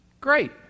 great